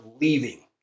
leaving